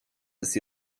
ist